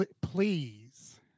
please